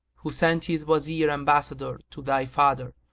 who sent his wazir ambassador to thy father,